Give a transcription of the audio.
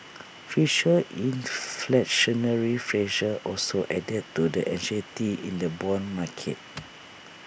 future inflationary pressure also added to the anxiety in the Bond market